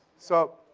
so.